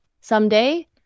someday